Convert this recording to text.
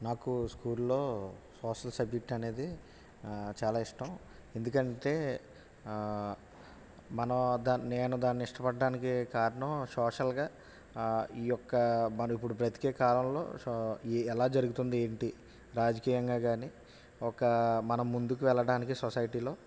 నాకు స్కూల్లో social subject అనేది చాలా ఇష్టం ఎందుకంటే మనం దాన్ని నేను దాన్ని ఇష్టపడటానికి కారణం సోషల్గా ఈ యొక్క మనం ఇప్పుడు బ్రతికే కాలంలో సో ఎలా జరుగుతుంది ఏంటి రాజకీయంగా కానీ ఒక మనం ముందుకు వెళ్ళడానికి సొసైటీలో